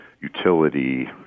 utility